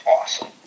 awesome